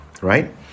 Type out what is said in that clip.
right